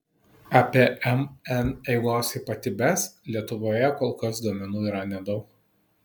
apie mn eigos ypatybes lietuvoje kol kas duomenų yra nedaug